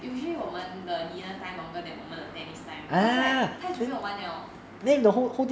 usually 我们的 dinner time longer than 我们的 tennis time was like 太久没有玩了